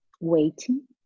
waiting